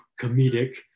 comedic